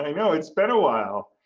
ah you know it's been a while.